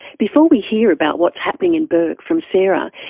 before we hear about what's happening in bourke from sarah,